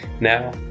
Now